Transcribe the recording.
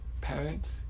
parents